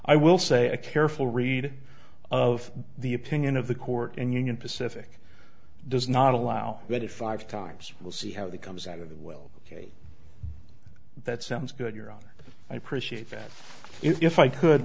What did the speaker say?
i will say a careful read of the opinion of the court and union pacific does not allow twenty five times we'll see how that comes out of the well ok that sounds good your honor i appreciate that if i could